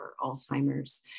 Alzheimer's